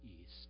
east